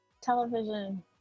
television